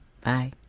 Bye